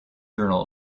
journal